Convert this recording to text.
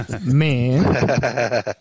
Man